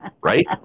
Right